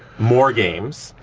more games,